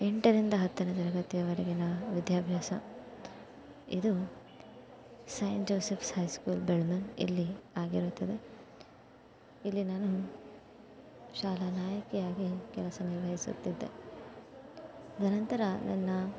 ಎಂಟರಿಂದ ಹತ್ತನೇ ತರಗತಿಯವರೆಗಿನ ವಿದ್ಯಾಭ್ಯಾಸ ಇದು saint Joseph's high school Belman ಇಲ್ಲಿ ಆಗಿರುತ್ತದೆ ಇಲ್ಲಿ ನಾನು ಶಾಲಾ ನಾಯಕಿಯಾಗಿ ಕೆಲಸ ನಿರ್ವಹಿಸುತ್ತಿದ್ದೆ ಅದು ನಂತರ ನನ್ನ